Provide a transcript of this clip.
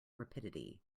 rapidity